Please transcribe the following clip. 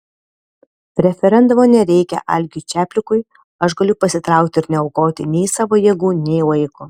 referendumo nereikia algiui čaplikui aš galiu pasitraukti ir neaukoti nei savo jėgų nei laiko